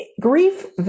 grief